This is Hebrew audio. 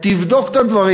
תבדוק את הדברים.